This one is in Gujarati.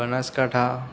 બનાસકાંઠા